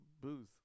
Booze